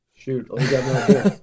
Shoot